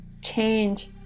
Change